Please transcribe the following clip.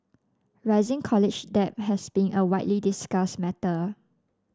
rising college debt has been a widely discussed matter